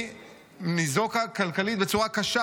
היא ניזוקה כלכלית בצורה קשה,